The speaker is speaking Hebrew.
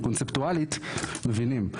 קונספטואלית, מבינים.